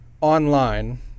online